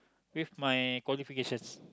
with my qualification